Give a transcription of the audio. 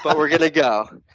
but we're going to go.